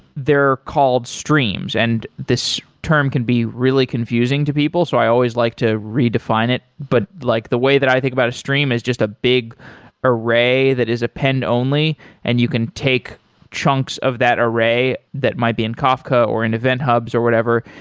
they're called streams and this term can be really confusing to people, so i always like to redefine it. but like the way that i think about stream is just a big array that is append-only, and you can take chunks of that array that might be in kafka, or in event hubs or whatever,